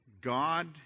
God